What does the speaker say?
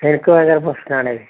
എനിക്ക് ഭയങ്കര പ്രശ്നമാണ്